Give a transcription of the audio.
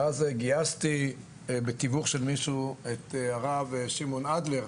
ואז גייסתי בתיווך של מישהו את הרב שמעון אדלר,